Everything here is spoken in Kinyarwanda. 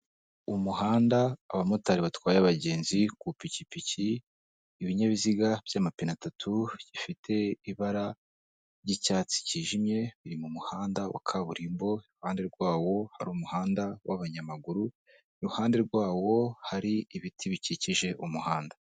Umuhanda, abamotari batwaye abagenzi ku pikipiki, ibinyabiziga by'amapine atatu bifite ibara ry'icyatsi kijimye biri mu muhanda wa kaburimbo, iruhande rwawo hari umuhanda w'abanyamaguru, iruhande rwawo hari ibiti bikikije umuhanda.